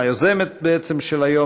בעצם היוזמת של היום,